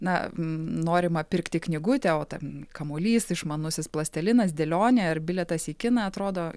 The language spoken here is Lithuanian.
na norima pirkti knygutę o ten kamuolys išmanusis plastilinas dėlionė ar bilietas į kiną atrodo